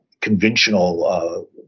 conventional